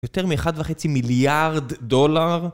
יותר מאחד וחצי מיליארד דולר?